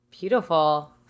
Beautiful